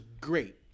great